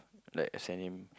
like I send him